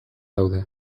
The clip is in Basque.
daude